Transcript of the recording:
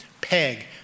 peg